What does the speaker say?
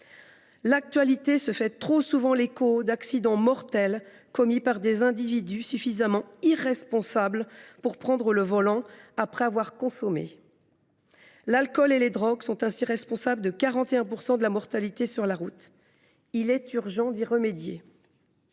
L’actualité fait trop souvent état d’accidents mortels commis par des individus suffisamment irresponsables pour prendre le volant après avoir consommé de l’alcool ou des drogues, qui ensemble sont responsables de 41 % de la mortalité sur la route. Il est urgent d’y remédier.